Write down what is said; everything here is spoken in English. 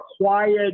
quiet